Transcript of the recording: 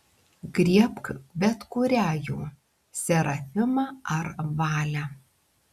griebk bet kurią jų serafimą ar valę